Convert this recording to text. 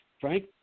Frank